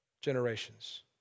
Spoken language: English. generations